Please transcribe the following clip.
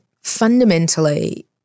fundamentally